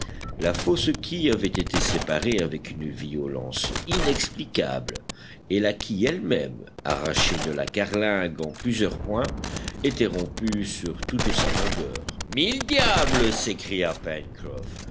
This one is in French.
la fausse quille avait été séparée avec une violence inexplicable et la quille elle-même arrachée de la carlingue en plusieurs points était rompue sur toute sa longueur mille diables s'écria